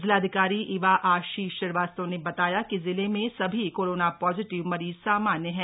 जिलाधिकारी इवा आशीष श्रीवास्तव ने बताया कि जिले में सभी कोरोना पॉजिटिव मरीज सामान्य हैं